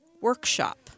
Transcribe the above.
workshop